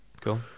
Cool